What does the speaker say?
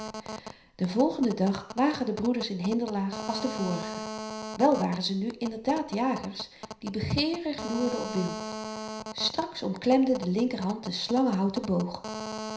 den volgenden dag lagen de broeders in hinderlaag als den vorigen wel waren ze nu inderdaad jagers die begeerig loerden op wild straks omklemde de linkerhand de